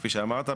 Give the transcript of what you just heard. כפי שאמרת,